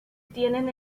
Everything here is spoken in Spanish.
tienen